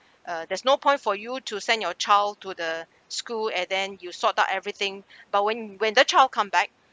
uh there's no point for you to send your child to the school and then you sort out everything but when when the child come back